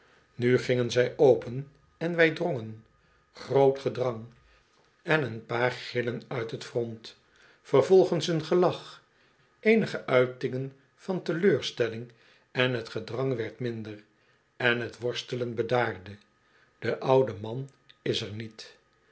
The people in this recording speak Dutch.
nu gingen zij open en wij drongen groot gedrang en een paar gillen uit het front vervolgens een gelach eenige uitingen van teleurstelling en t gedrang werd minder en t worstelen bedaarde de oude man is er niet